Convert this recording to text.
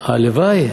הלוואי,